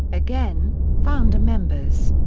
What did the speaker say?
again, founder members.